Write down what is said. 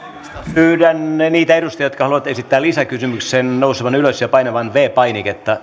pyydän niitä edustajia jotka haluavat esittää lisäkysymyksen nousemaan ylös ja painamaan viides painiketta